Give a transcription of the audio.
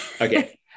okay